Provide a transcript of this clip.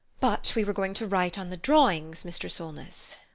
but we were going to write on the drawings, mr. solness.